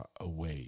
away